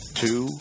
two